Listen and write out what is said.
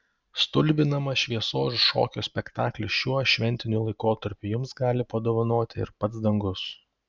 stulbinamą šviesos šokio spektaklį šiuo šventiniu laikotarpiu jums gali padovanoti ir pats dangus